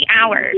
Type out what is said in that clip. hours